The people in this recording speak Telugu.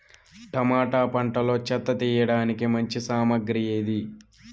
టమోటా పంటలో చెత్త తీయడానికి మంచి సామగ్రి ఏది?